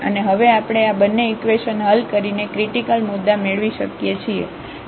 અને હવે આપણે આ બંને ઇકવેશન હલ કરીને ક્રિટીકલ મુદ્દા મેળવી શકીએ છીએ